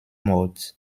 mode